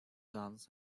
guns